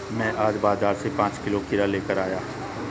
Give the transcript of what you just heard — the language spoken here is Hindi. मैं आज बाजार से पांच किलो खीरा लेकर आया